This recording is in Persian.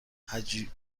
هجی